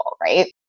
Right